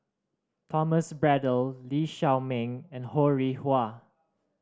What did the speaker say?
Thomas Braddell Lee Shao Meng and Ho Rih Hwa